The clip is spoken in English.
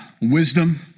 wisdom